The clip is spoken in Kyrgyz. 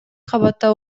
кабатта